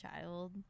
child